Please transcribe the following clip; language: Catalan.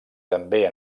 també